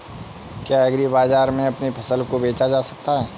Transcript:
क्या एग्रीबाजार में अपनी फसल को बेचा जा सकता है?